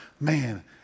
man